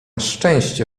szczęście